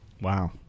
Wow